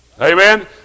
Amen